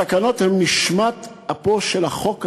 התקנות הן נשמת אפו של החוק הזה.